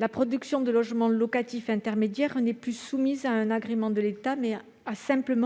La production de logements locatifs intermédiaires est soumise non plus à un agrément de l'État, mais à une simple